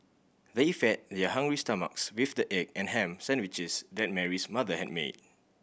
they fed their hungry stomachs with the egg and ham sandwiches that Mary's mother had made